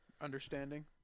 understanding